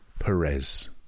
Perez